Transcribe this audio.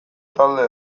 talde